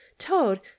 toad